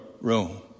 room